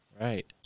Right